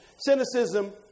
Cynicism